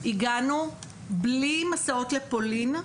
הגענו בלי מסעות לפולין,